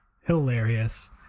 hilarious